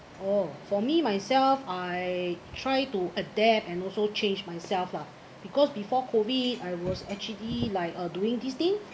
oh for me myself I try to adapt and also change myself lah because before COVID I was actually like uh doing this thing